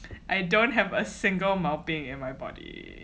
I don't have a single 毛病 in my body